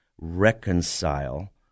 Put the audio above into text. reconcile